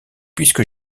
puisque